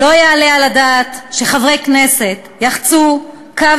לא יעלה על הדעת שחברי כנסת יחצו קו